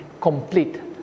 complete